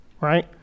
Right